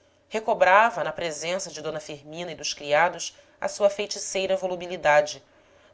marido recobrava na presença de d firmina e dos criados a sua feiticeira volubilidade